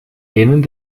denen